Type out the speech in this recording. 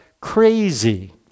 crazy